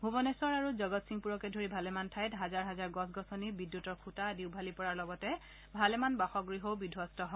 ভূৱনেশ্বৰ আৰু জগতসিংপুৰকে ধৰি ভালেমান ঠাইত হাজাৰ হাজাৰ গছ গছনি বিদ্যুতৰ খুঁটা আদি উভালি পৰাৰ লগতে ভালেমান বাসগৃহও বিধবস্ত হয়